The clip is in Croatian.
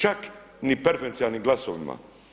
Čak ni preferencijalnim glasovima.